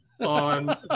on